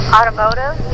Automotive